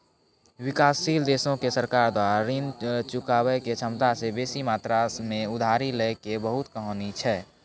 विकासशील देशो के सरकार द्वारा ऋण चुकाबै के क्षमता से बेसी मात्रा मे उधारी लै के बहुते कहानी छै